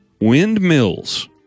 Windmills